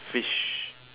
fish